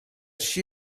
she